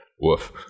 Woof